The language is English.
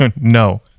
No